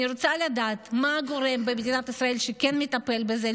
אני רוצה לדעת מי הגורם במדינת ישראל שכן מטפל בזה.